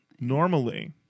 Normally